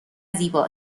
زیبا